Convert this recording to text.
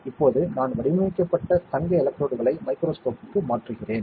இப்போது நான் வடிவமைக்கப்பட்ட தங்க எலக்ட்ரோடுகளை மைக்ரோஸ்கோப்புக்கு மாற்றுகிறேன்